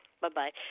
Bye-bye